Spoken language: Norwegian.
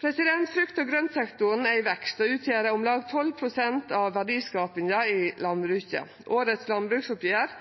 Frukt- og grøntsektoren er i vekst og utgjer om lag 12 pst. av verdiskapinga i